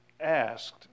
asked